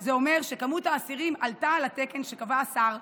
זה אומר שמספר האסירים עלה על התקן שקבע השר,